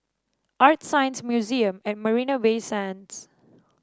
ArtScience Museum at Marina Bay Sands